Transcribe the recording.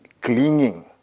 clinging